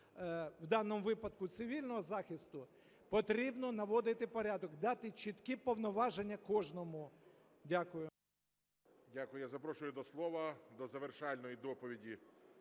в даному випадку цивільного захисту, потрібно наводити порядок, дати чіткі повноваження кожному. Дякую. ГОЛОВУЮЧИЙ. Дякую. Я запрошую до слова, до завершальної доповіді